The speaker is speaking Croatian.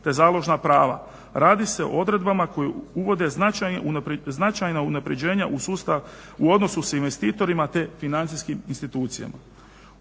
te založna prava. Radi se o odredbama koje uvode značajna unapređenja u sustav u odnosu sa investitorima te financijskim institucijama.